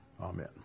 Amen